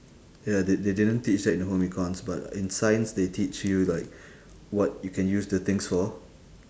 ya they they didn't teach that in home econs but in science they teach you like what you can use the things for